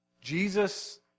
Jesus